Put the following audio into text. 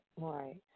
right